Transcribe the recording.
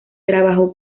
trabajó